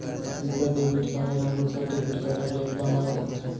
prepaid debit card ह दूसर debit card ले एकदम अलग होथे